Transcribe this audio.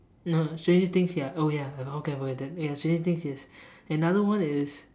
no stranger things ya oh ya okay I forgot about that stranger things yes another one is